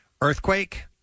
earthquake